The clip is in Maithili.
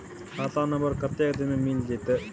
खाता नंबर कत्ते दिन मे मिल जेतै?